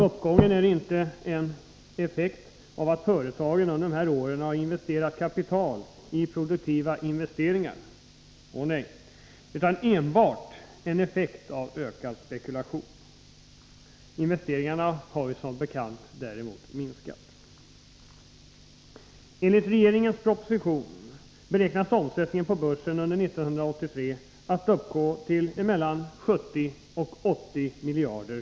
Uppgången är inte en effekt av att företagen under dessa år har satsat kapital i produktiva investeringar, utan enbart en effekt av ökad spekulation. Investeringarna har som bekant minskat. Enligt regeringens proposition beräknas omsättningen på börsen under 1983 uppgå till mellan 70 och 80 miljarder.